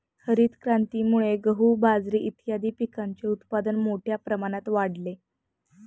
हरितक्रांतीमुळे गहू, बाजरी इत्यादीं पिकांचे उत्पादन मोठ्या प्रमाणात वाढले